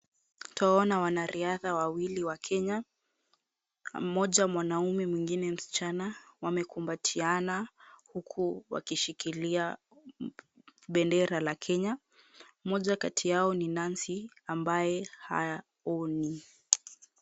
Twawaona wanariadha wawili wa Kenya. Mmoja mwanaume mwingine msichana. Wamekumbatiana huku wakishikilia bendera la Kenya. Moja kati yao ni Nancy ambaye haoni.